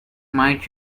might